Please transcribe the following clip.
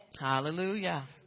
Hallelujah